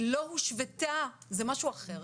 זה משהו אחר,